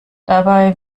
dabei